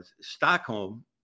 Stockholm